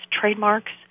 trademarks